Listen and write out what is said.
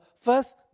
First